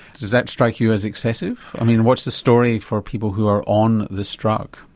does that strike you as excessive? i mean what's the story for people who are on this drug?